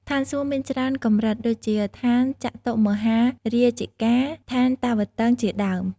ឋានសួគ៌មានច្រើនកម្រិត ដូចជា ឋានចាតុម្មហារាជិកា ឋានតាវត្តិង្ស ជាដើម។